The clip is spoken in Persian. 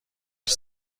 هیچ